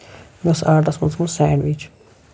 مےٚ اوس آرڈرَس منٛز تھومُت سینڈوِچ